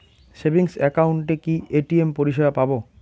Savings একাউন্টে কি ATM পরিসেবা পাব?